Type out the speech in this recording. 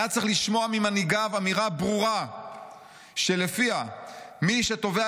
היה צריך לשמוע ממנהיגיו אמירה ברורה שלפיה מי שתובע